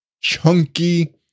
chunky